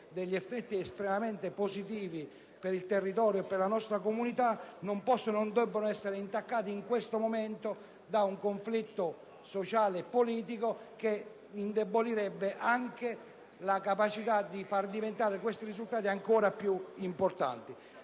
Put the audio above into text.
effetti estremamente positivi per il territorio e la nostra comunità, non possa e non debba essere intaccato in questo momento da un conflitto sociale e politico che indebolirebbe anche la capacità di far diventare tali risultati ancor più importanti.